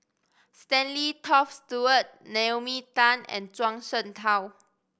Stanley Toft Stewart Naomi Tan and Zhuang Shengtao